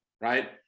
right